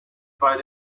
bei